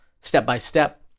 step-by-step